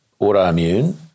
Autoimmune